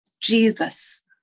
Jesus